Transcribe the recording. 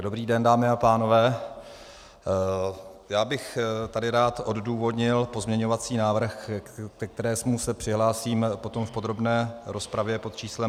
Dobrý den, dámy a pánové, já bych tady rád odůvodnil pozměňovací návrh, ke kterému se přihlásím potom v podrobné rozpravě pod číslem 789.